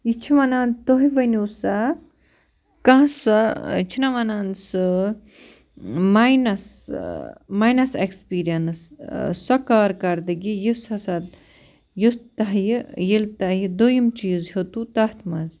یہِ چھُ وَنان تُہۍ ؤنِو سا کانٛہہ سۄ چھِنا وَنان سُہ مایِنَس مایِنَس اٮ۪کٕسپیٖرنَس سۄ کارکردٕگی یُس ہسا یُتھ تۄہہِ ییٚلہِ توہہِ دوٚیِم چیٖز ہیوٚتوٕ تَتھ منٛز